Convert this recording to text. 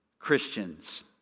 Christians